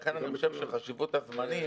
לכן אני חושב שיש חשיבות רבה לזמנים.